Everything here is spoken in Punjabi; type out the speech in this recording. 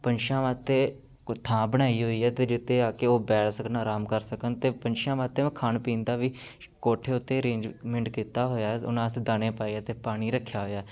ਪੰਛੀਆਂ ਵਾਸਤੇ ਕੁਝ ਥਾਂ ਬਣਾਈ ਹੋਈ ਹੈ ਅਤੇ ਜਿਸ ਉੱਤੇ ਆ ਕੇ ਉਹ ਬੈਠ ਸਕਣ ਆਰਾਮ ਕਰ ਸਕਣ ਅਤੇ ਪੰਛੀਆਂ ਵਾਸਤੇ ਮੈਂ ਖਾਣ ਪੀਣ ਦਾ ਵੀ ਕੋਠੇ ਉੱਤੇ ਰੇਂਜਮੈਂਟ ਕੀਤਾ ਹੋਇਆ ਉਹਨਾਂ ਵਾਸਤੇ ਦਾਣੇ ਪਾਏ ਅਤੇ ਪਾਣੀ ਰੱਖਿਆ ਹੋਇਆ